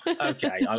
Okay